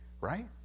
right